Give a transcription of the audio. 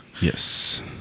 Yes